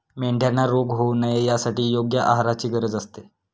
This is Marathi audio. मेंढ्यांना रोग होऊ नये यासाठी योग्य आहाराची गरज असते